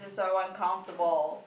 so uncomfortable